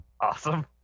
Awesome